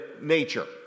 nature